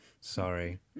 Sorry